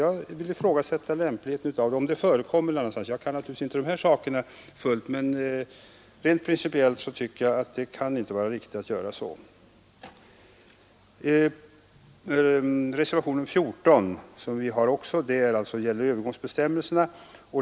Jag vill ifrågasätta lämpligheten härav och även huruvida det förkommer i något annat sammanhang. Jag kan naturligtvis inte de här sakerna helt och hållet, men principiellt tycker jag att det inte kan vara riktigt att göra så. Reservationen 14 gäller övergångsbestämmelserna.